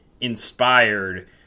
inspired